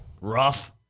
Rough